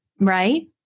right